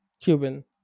cuban